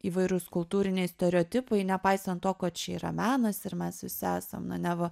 įvairūs kultūriniai stereotipai nepaisant to kad čia yra menas ir mes visi esam na neva